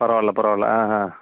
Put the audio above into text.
பரவாயில்ல பரவாயில்ல ஆ ஆ